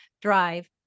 drive